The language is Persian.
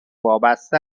وابسته